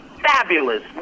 fabulous